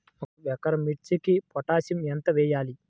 ఒక ఎకరా మిర్చీకి పొటాషియం ఎంత వెయ్యాలి?